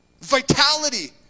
vitality